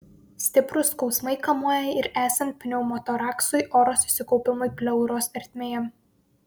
stiprūs skausmai kamuoja ir esant pneumotoraksui oro susikaupimui pleuros ertmėje